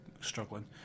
struggling